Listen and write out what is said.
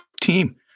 team